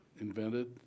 invented